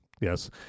Yes